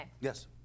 Yes